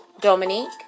Dominique